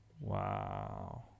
Wow